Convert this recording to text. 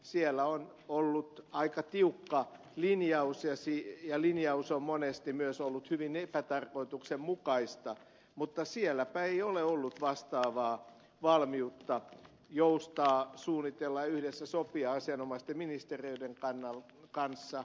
siellä on ollut aika tiukka linjaus ja linjaus on monesti myös ollut hyvin epätarkoituksenmukainen mutta sielläpä ei ole ollut vastaavaa valmiutta joustaa suunnitella yhdessä sopia asianomaisten ministeriöiden kanssa